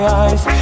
eyes